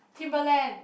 Timberland